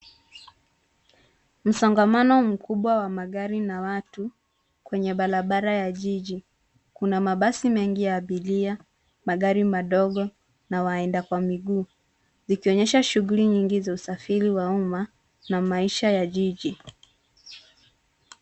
Msongamano mkubwa wa magari na watu, kwenye barabara ya jiji. Kuna mabasi mengi ya abiria, magari madogo, na waenda kwa miguu, zikionyesha shughuli nyingi za usafiri wa uma, na maisha ya jiji.